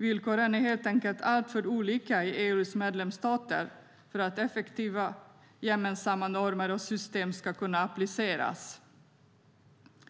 Villkoren är helt enkelt alltför olika i EU:s medlemsstater för att effektiva gemensamma normer och system ska kunna appliceras.